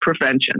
prevention